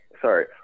Sorry